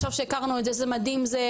עכשיו אחרי שהכרנו את זה איזה מדהים זה,